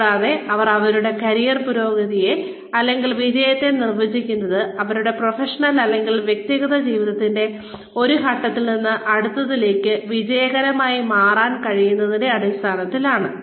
കൂടാതെ അവർ അവരുടെ കരിയർ പുരോഗതിയെ അല്ലെങ്കിൽ വിജയത്തെ നിർവചിക്കുന്നത് അവരുടെ പ്രൊഫഷണൽ അല്ലെങ്കിൽ വ്യക്തിഗത ജീവിതത്തിന്റെ ഒരു ഘട്ടത്തിൽ നിന്ന് അടുത്തതിലേക്ക് വിജയകരമായി മാറാൻ കഴിയുന്നതിന്റെ അടിസ്ഥാനത്തിൽ ആണ്